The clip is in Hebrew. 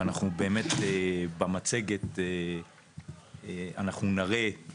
ובאמת במצגת אנחנו נראה,